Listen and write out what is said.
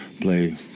play